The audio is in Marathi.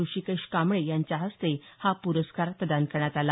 ऋषिकेश कांबळे यांच्या हस्ते हा प्रस्कार प्रदान करण्यात आला